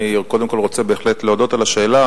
אני רוצה קודם כול בהחלט להודות על השאלה,